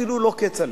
אפילו לא כצל'ה,